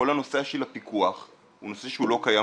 כל הנושא של הפיקוח הוא נושא שהוא לא קיים,